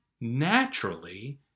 naturally